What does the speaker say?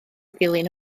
ddilyn